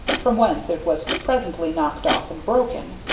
from whence it was presently knocked off and broken.